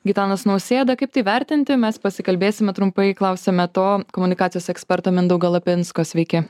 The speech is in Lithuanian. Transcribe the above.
gitanas nausėda kaip tai vertinti mes pasikalbėsime trumpai klausiame to komunikacijos eksperto mindaugo lapinsko sveiki